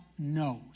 knows